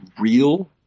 real